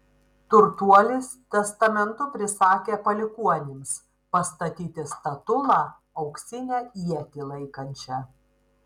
turtuolis testamentu prisakė palikuonims pastatyti statulą auksinę ietį laikančią